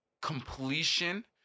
completion